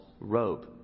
robe